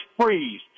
freeze